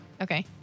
Okay